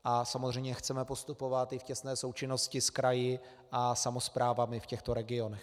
A samozřejmě chceme postupovat i v těsné součinnosti s kraji a samosprávami v těchto regionech.